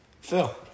Phil